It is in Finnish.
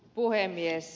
puhemies